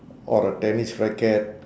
or a tennis racket